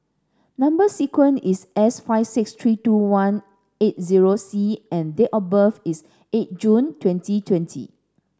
number sequence is S five six three two one eight zero C and date of birth is eight June twenty twenty